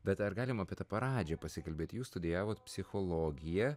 bet ar galim apie tą pradžią pasikalbėti jūs studijavot psichologiją